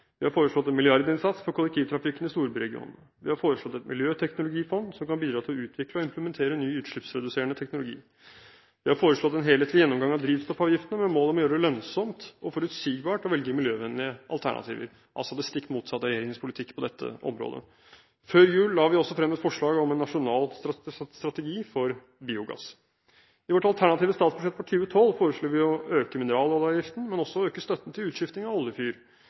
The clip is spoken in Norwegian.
vi foreslo dette. Vi har foreslått en milliardinnsats for kollektivtrafikken i storbyregionene. Vi har foreslått et miljøteknologifond som kan bidra til å utvikle og implementere ny utslippsreduserende teknologi. Vi har foreslått en helhetlig gjennomgang av drivstoffavgiftene med mål om å gjøre det lønnsomt og forutsigbart å velge miljøvennlige alternativer, altså det stikk motsatte av regjeringens politikk på dette området. Før jul la vi også frem et forslag om en nasjonal strategi for biogass. I vårt alternative statsbudsjett for 2012 foreslo vi å øke mineraloljeavgiften, men også å øke støtten til utskifting av oljefyr.